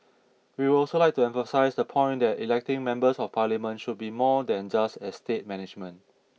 we would also like to emphasise the point that electing Members of Parliament should be more than just estate management